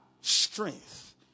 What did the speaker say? strength